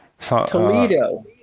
Toledo